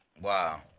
Wow